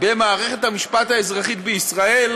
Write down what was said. במערכת המשפט האזרחית בישראל,